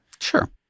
Sure